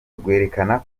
rwerekana